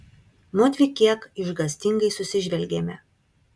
mudvi kiek išgąstingai susižvelgėme